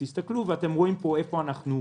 אתם רואים פה איפה התחלנו.